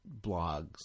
blogs